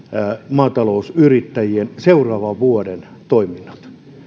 maatalousyrittäjien seuraavan vuoden toiminnot